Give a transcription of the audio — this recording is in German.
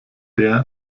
der